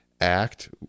act